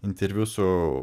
interviu su